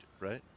right